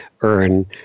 earn